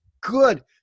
good